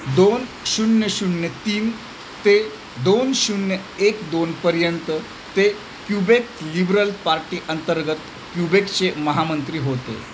दोन शून्य शून्य तीन ते दोन शून्य एक दोनपर्यंत ते क्युबेक लिबरल पार्टी अंतर्गत क्युबेकचे महामंत्री होते